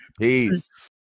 Peace